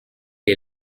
est